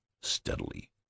steadily